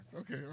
Okay